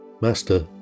Master